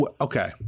Okay